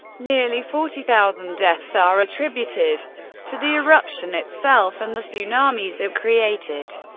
nearly forty thousand deaths are attributed to the eruption itself and the tsunamis it created.